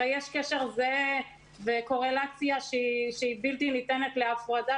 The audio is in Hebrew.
הרי יש קשר וקורלציה שהיא בלתי ניתנת להפרדה